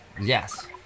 Yes